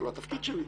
זה לא התפקיד שלי.